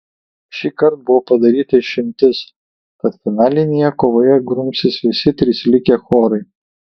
šįkart buvo padaryta išimtis tad finalinėje kovoje grumsis visi trys likę chorai